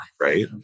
right